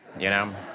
you know.